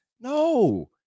No